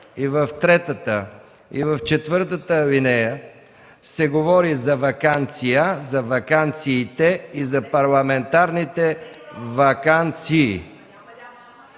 и в третата, и в четвъртата алинея се говори за „ваканция”, за „ваканциите” и за „парламентарните ваканции”.